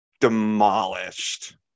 demolished